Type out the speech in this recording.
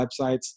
websites